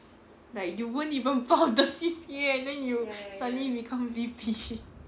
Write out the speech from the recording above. like you weren't even part of the C_C_A and then you suddenly become V_P